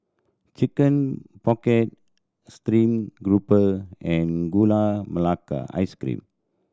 Chicken Pocket steamed garoupa and Gula Melaka Ice Cream